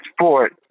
sport